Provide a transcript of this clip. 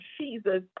Jesus